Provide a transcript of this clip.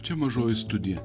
čia mažoji studija